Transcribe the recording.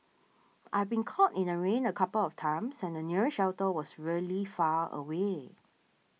I've been caught in the rain a couple of times and the nearest shelter was really far away